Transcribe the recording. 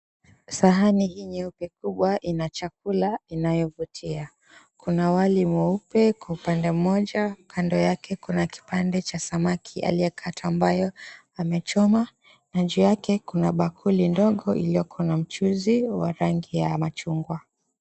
Sahani hii kubwa nyeupe ina chakula inayo vutia kuna wali mweupe upande mmoja kando yake kuna kipande cha samaki aliyekatwa ambayo amechomw na juu yake kuna bakuli ndogo iliokuwa na mchuzi wa rangi ya machungwa.